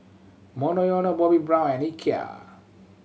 Monoyono Bobbi Brown and Ikea